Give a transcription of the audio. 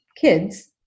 Kids